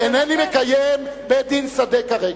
אינני מקיים בית-דין שדה כרגע.